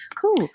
cool